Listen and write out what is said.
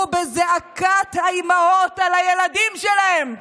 הוא בזעקת האימהות על הילדים שלהן,